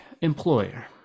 employer